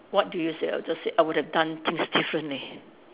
what do you say I would just say I would have done things differently